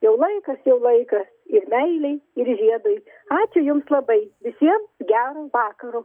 jau laikas jau laikas ir meilei ir žiedui ačiū jums labai visiem gero vakaro